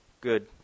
Good